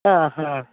ആ ഹാ